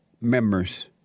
members